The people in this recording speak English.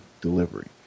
delivery